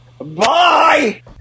Bye